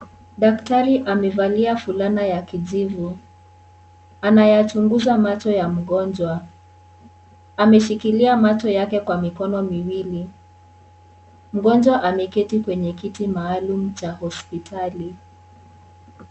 Daktari amevalia fulana ya kijivu. Anayachunguza macho ya mgonjwa. Ameshikilia macho yake kwa mikono miwili. Mgonjwa ameketi kwenye kiti maalum cha hospitali.